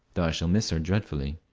though i shall miss her dreadfully.